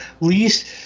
least